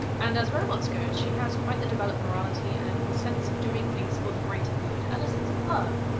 and as robots go, she has quite the developed morality, and the sense of doing things for the greater good, and a sense of love.